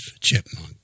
chipmunk